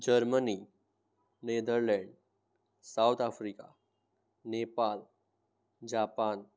Germany Netherland South Africa Nepal Japan